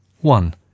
One